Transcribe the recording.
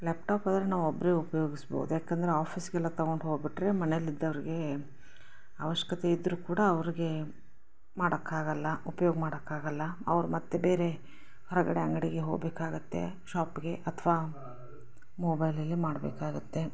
laptop ಆದರೆ ನಾವೊಬ್ಬರೇ ಉಪಯೋಗಿಸ್ಬೋದು ಯಾಕಂದರೆ ಆಫೀಸಿಗೆಲ್ಲ ತೊಗೊಂಡು ಹೋಗಿಬಿಟ್ರೆ ಮನೆಯಲ್ಲಿ ಇದ್ದವರಿಗೆ ಅವಶ್ಯಕತೆ ಇದ್ದರೂ ಕೂಡ ಅವರಿಗೆ ಮಾಡೋಕ್ಕಾಗಲ್ಲ ಉಪ್ಯೋಗ ಮಾಡೋಕ್ಕಾಗಲ್ಲ ಅವ್ರು ಮತ್ತು ಬೇರೆ ಹೊರಗಡೆ ಅಂಗಡಿಗೆ ಹೋಗಬೇಕಾಗುತ್ತೆ ಶಾಪಿಗೆ ಅಥವಾ ಮೊಬೈಲಲ್ಲೇ ಮಾಡಬೇಕಾಗುತ್ತೆ